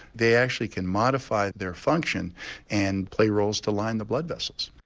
they actually can modify their function and play roles to line the blood vessels.